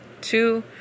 Two